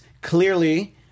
clearly